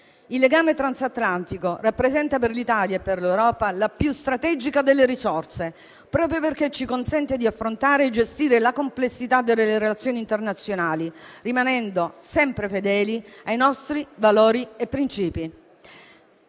Il legame transatlantico rappresenta per l'Italia e per l'Europa la più strategica delle risorse, proprio perché le consente di affrontare e gestire la complessità delle relazioni internazionali, rimanendo sempre fedele ai suoi valori e principi.